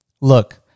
Look